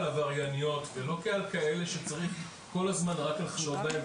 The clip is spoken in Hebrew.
עברייניות ולא כעל כאלה שצריך כל הזמן רק לחשוד בהן,